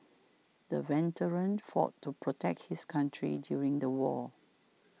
the veteran fought to protect his country during the war